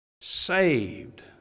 saved